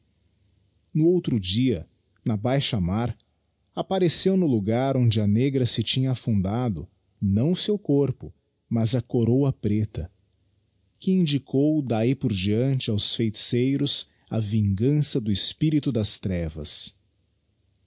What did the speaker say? no outro dia na baixa mar appareceu no logar onde a negra se tinha afundado não o seu corpo mas acorôa preta que indicou d'ahi por deante aos feiticeiros a vingança do espirito das trevas